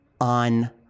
on